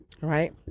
right